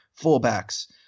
fullbacks